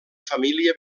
família